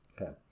Okay